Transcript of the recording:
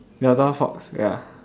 delta fox ya